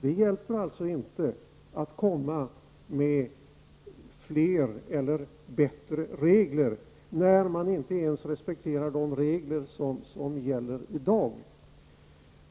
Det hjälper alltså inte att föreslå fler eller bättre regler om Israel inte ens respekterar de regler som gäller i dag.